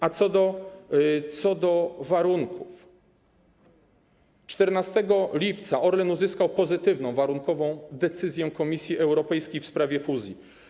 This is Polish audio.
A co do warunków to 14 lipca Orlen uzyskał pozytywną warunkową decyzję Komisji Europejskiej w sprawie fuzji.